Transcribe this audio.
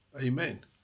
Amen